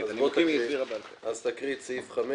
אז תקריא את סעיף 5